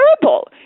terrible